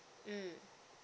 mmhmm